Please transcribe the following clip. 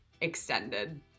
extended